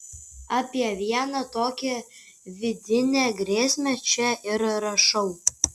apie vieną tokią vidinę grėsmę čia ir rašau